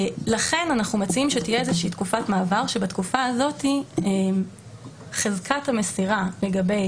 לכן אנחנו מציעים שתהיה איזושהי תקופת מעבר שבה חזקת מסירה לגבי